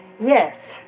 Yes